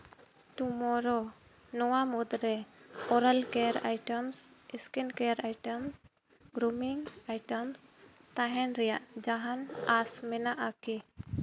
ᱴᱩᱢᱳᱨᱳ ᱱᱚᱣᱟ ᱢᱩᱫᱽ ᱨᱮ oral care items skin care items grooming items ᱛᱟᱦᱮᱱ ᱨᱮᱭᱟᱜ ᱡᱟᱦᱟᱱ ᱟᱸᱥ ᱢᱮᱱᱟᱜᱼᱟ ᱠᱤ